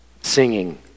singing